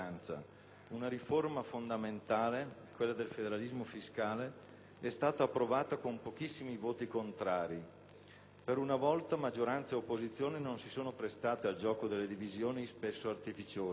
una riforma fondamentale, quella del federalismo fiscale, è stata approvata con pochissimi voti contrari. Per una volta maggioranza e opposizione non si sono prestate al gioco delle divisioni spesso artificiose.